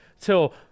till